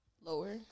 lower